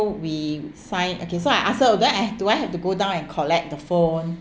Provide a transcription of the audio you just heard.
~o we sign okay so I asked her then I do I have to go down and collect the phone